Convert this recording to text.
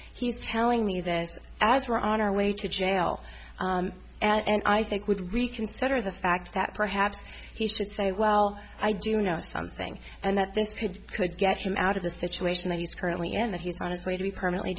he's telling me this as we're on our way to jail and i think would reconsider the fact that perhaps he should say well i do know something and that this could could get him out of the situation that he's currently in that he's on his way to be permanently